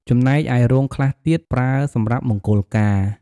ចំណែកឯរោងខ្លះទៀតប្រើសម្រាប់មង្គលការ